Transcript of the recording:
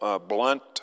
blunt